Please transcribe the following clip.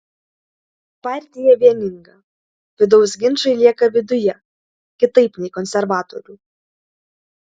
partija vieninga vidaus ginčai lieka viduje kitaip nei konservatorių